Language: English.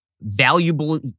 valuable